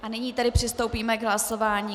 Nyní tedy přistoupíme k hlasování.